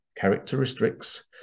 characteristics